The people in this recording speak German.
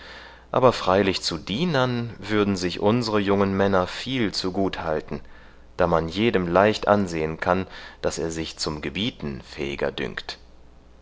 aber freilich zu dienern würden sich unsre jungen männer viel zu gut halten da man jedem leicht ansehen kann daß er sich zum gebieten fähiger dünkt